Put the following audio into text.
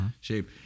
shape